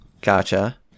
Gotcha